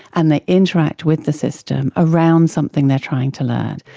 and they interact with the system around something they are trying to learn,